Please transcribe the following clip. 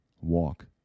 walk